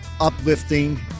uplifting